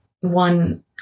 one